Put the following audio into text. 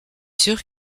sûr